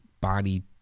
body